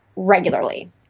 regularly